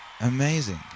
Amazing